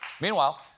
Meanwhile